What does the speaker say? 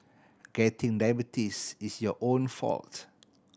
getting diabetes is your own fault